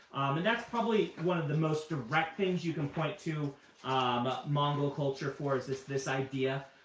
and that's probably one of the most direct things you can point to um ah mongol culture for is this this idea.